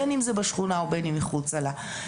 בין אם זה בשכונה ובין אם מחוצה לה.